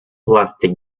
plastic